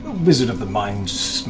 wizard of the mind,